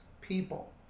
people